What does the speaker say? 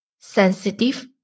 sensitive